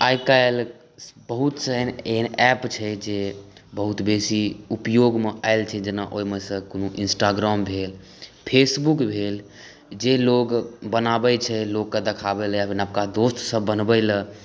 आइ काल्हि बहुतसन एहन ऐप छै जे बहुत बेसी उपयोगमे आयल छै जेना ओहिमे सँ कोनो इंस्टाग्राम भेल फेसबुक भेल जे लोग बनाबै छै लोकके देखाबै लए नबका दोस्त सब बनबै लए